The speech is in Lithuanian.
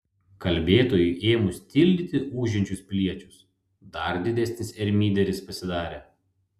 kalbėtojui ėmus tildyti ūžiančius piliečius dar didesnis ermyderis pasidarė